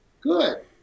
good